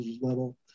level